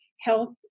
health